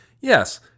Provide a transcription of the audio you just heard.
Yes